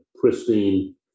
pristine